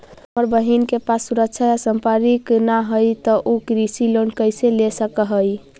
अगर हमर बहिन के पास सुरक्षा या संपार्श्विक ना हई त उ कृषि लोन कईसे ले सक हई?